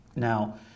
Now